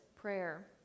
prayer